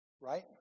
Right